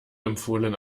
empfohlen